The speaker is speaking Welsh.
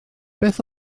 beth